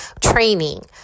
training